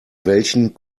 welchen